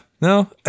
no